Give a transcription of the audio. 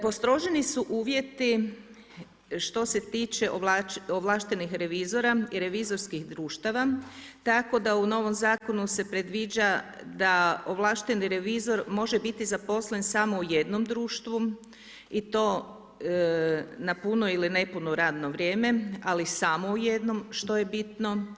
Postroženi su uvjeti što se tiče ovlaštenih revizora i revizorskih društava tako da u novom zakonu se predviđa da ovlašteni revizor može biti zaposlen samo u jednom društvu i to na puno ili nepuno radno vrijeme, ali samo u jednom što je bitno.